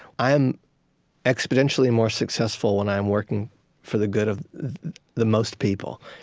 i am exponentially more successful when i am working for the good of the most people.